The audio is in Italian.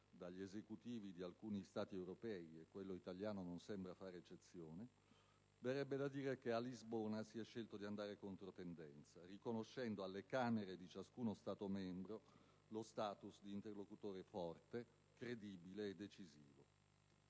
dagli Esecutivi di alcuni Stati europei (e quello italiano non sembra fare certamente eccezione), che a Lisbona si è scelto di andare contro tendenza, riconoscendo alle Camere di ciascuno Stato membro lo *status* di interlocutore forte, credibile e decisivo.